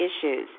issues